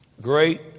Great